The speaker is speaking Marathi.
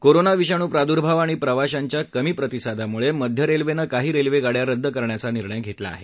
कोरोना विषाणू प्रादुर्भाव आणि प्रवाशांच्या कमी प्रतिसादामुळे मध्य रेल्वेने काही रेल्वे गाड्या रद्द करण्याचा निर्णय घेतला आहे